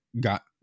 got